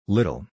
Little